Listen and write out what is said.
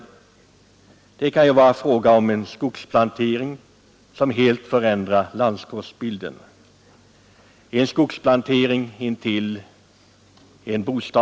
Det kan vara fråga om en skogsplantering som helt förändrar landskapsbilden.